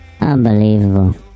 Unbelievable